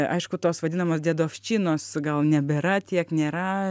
aišku tos vadinamos diedovščinos gal nebėra tiek nėra